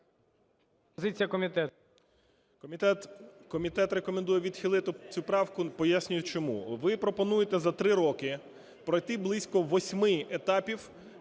Комітет рекомендує відхилити цю правку. Пояснюю чому, ви пропонуєте за 3 роки пройти близько 8 етапів,